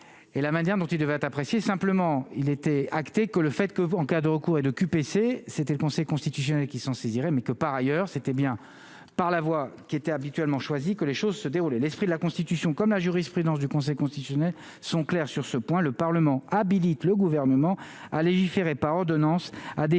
Et la manière dont il devait être appréciée, simplement il était acté que le fait que, en cas de recours et de QPC c'était le Conseil constitutionnel qui s'en saisirait mais que par ailleurs, c'était bien, par la voix qui était habituellement choisis, que les choses se déroulent et l'esprit de la constitution, comme la jurisprudence du Conseil constitutionnel sont clairs sur ce point, le Parlement habilite le gouvernement à légiférer par ordonnances à des fins